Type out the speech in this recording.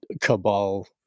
Cabal